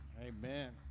Amen